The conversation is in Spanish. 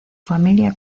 familia